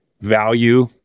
value